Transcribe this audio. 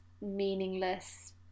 meaningless